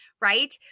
right